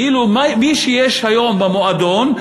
כאילו מי שהיום במועדון,